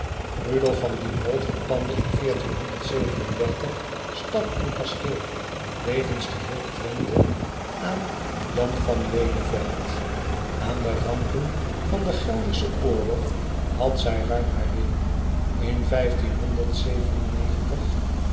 iepholt verpandde in stad en kasteel nevens geheel wenthe aan an van eleveld an de rampen van den elderschen oorlog had zij ruim haar deel n